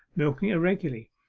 milking irregularly,